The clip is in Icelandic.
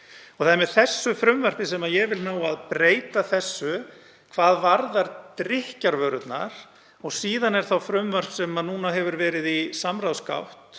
Það er með þessu frumvarpi sem ég vil ná að breyta þessu hvað varðar drykkjarvörurnar. Síðan er þá frumvarp sem núna hefur verið í samráðsgátt